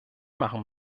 machen